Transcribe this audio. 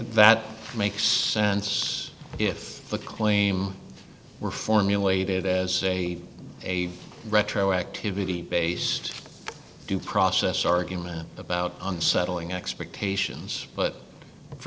that makes sense if the claim were formulated as a a retroactivity based due process argument about on settling expectations but for